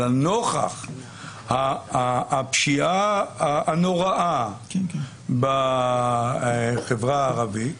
אלא נוכח הפשיעה הנוראה בחברה הערבית